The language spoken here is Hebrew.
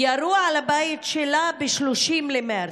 ירו על הבית שלה ב-30 במרץ,